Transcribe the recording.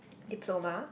Diploma